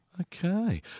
Okay